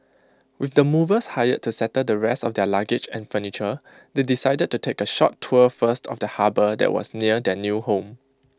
with the movers hired to settle the rest of their luggage and furniture they decided to take A short tour first of the harbour that was near their new home